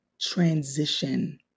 transition